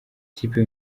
ikipe